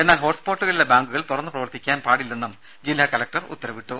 എന്നാൽ ഹോട്ട്സ്പോട്ടുകളിലെ ബാങ്കുകൾ തുറന്നു പ്രവർത്തിക്കാൻ പാടില്ലെന്നും ജില്ലാ കലകടർ ഉത്തരവിട്ടു